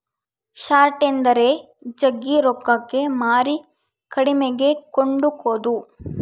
short ಎಂದರೆ ಜಗ್ಗಿ ರೊಕ್ಕಕ್ಕೆ ಮಾರಿ ಕಡಿಮೆಗೆ ಕೊಂಡುಕೊದು